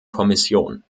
kommission